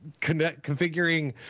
configuring